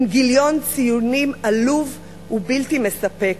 עם גיליון ציונים עלוב ובלתי מספק.